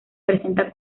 presenta